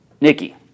Nikki